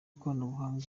ikoranabuhanga